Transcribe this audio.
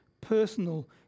personal